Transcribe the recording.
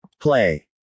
play